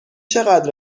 چقدر